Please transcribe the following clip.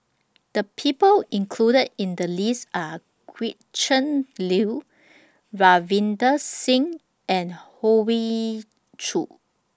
The People included in The list Are Gretchen Liu Ravinder Singh and Hoey Choo